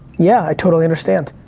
yeah i totally understand.